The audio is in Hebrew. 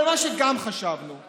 אבל מה שגם חשבנו הוא